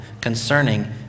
concerning